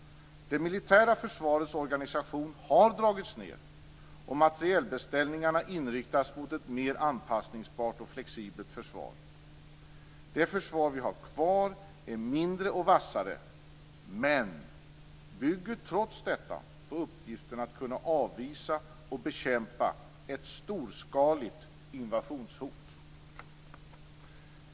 Det militära försvarets organisation har dragits ned och materielbeställningarna inriktats mot ett mer anpassningsbart och flexibelt försvar. Det försvar vi har kvar är mindre och vassare men bygger trots detta på uppgiften att kunna avvisa och bekämpa ett storskaligt invasionshot.